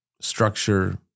structure